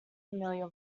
familiar